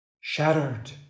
shattered